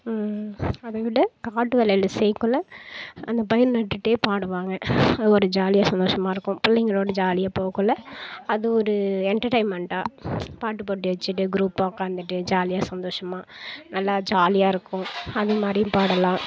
அதைவிட காட்டுவேலையில் செய்யக்குள்ளே அந்த பயிர் நட்டுகிட்டே பாடுவாங்க அது ஒரு ஜாலியாக சந்தோஷமாயிருக்கும் பிள்ளைங்களோடு ஜாலியாக போகக்குள்ள அது ஒரு என்டர்டைமண்டாக பாட்டு போட்டி வச்சுக்கிட்டு குரூப்பாக உக்காந்துட்டு ஜாலியாக சந்தோஷமாக நல்லா ஜாலியாயிருக்கும் அதுமாதிரியும் பாடலாம்